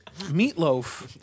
meatloaf